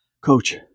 Coach